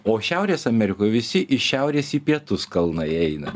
o šiaurės amerikoj visi iš šiaurės į pietus kalnai eina